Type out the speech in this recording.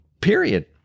period